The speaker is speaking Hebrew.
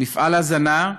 מפעל הזנה,